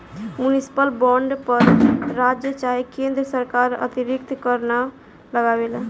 municipal bond पर राज्य चाहे केन्द्र सरकार अतिरिक्त कर ना लगावेला